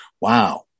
Wow